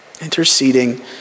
Interceding